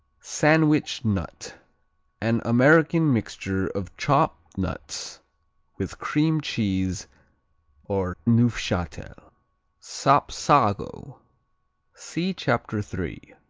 sandwich nut an american mixture of chopped nuts with cream cheese or neufchatel. sapsago see chapter three.